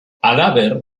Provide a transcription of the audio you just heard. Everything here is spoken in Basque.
halaber